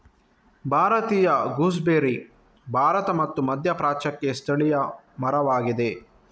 ಭಾರತೀಯ ಗೂಸ್ಬೆರ್ರಿ ಭಾರತ ಮತ್ತು ಮಧ್ಯಪ್ರಾಚ್ಯಕ್ಕೆ ಸ್ಥಳೀಯ ಮರವಾಗಿದೆ